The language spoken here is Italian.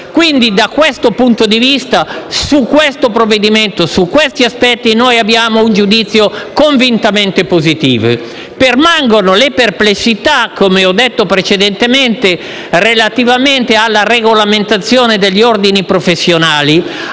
Quindi, da questo punto di vista, su questi aspetti del provvedimento noi abbiamo un giudizio convintamente positivo. Permangono le perplessità, come ho detto precedentemente, relativamente alla regolamentazione degli ordini professionali.